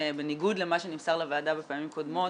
בניגוד למה שנמסר לוועדה בפעמים קודמות.